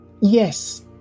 Yes